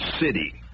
City